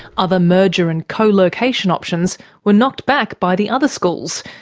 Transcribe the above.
other merger and co-location options were knocked back by the other schools,